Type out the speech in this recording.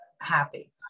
happy